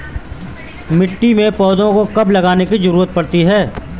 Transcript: मिट्टी में पौधों को कब लगाने की ज़रूरत पड़ती है?